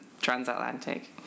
Transatlantic